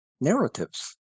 narratives